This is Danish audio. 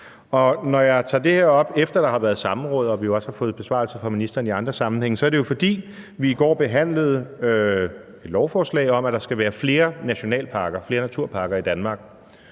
Når jeg tager det her op, efter der har været samråd og vi jo også har fået besvarelser fra ministeren i andre sammenhænge, er det jo, fordi vi i går behandlede et lovforslag om, at der skal være flere nationalparker, flere